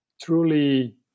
truly